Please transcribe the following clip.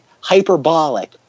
hyperbolic